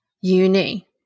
uni